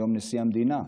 היום נשיא המדינה.